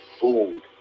food